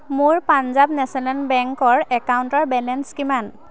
মোৰ পাঞ্জাব নেশ্যনেল বেংকৰ একাউণ্টৰ বেলেঞ্চ কিমান